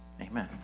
Amen